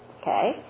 Okay